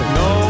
no